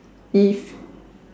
if